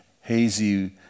hazy